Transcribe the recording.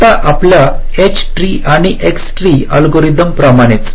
आता आपल्या H tree आणि एक्स ट्री अल्गोरिदम प्रमाणेच